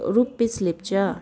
rupees Lepcha